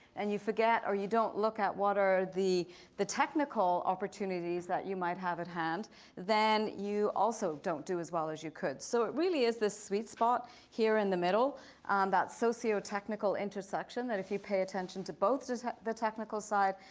and you forget or you don't look at what are the the technical opportunities that you might have at hand then you also don't do as well as you could. so it really is this sweet spot here in the middle and that's socio-technical intersection, and if you pay attention to both the technical side,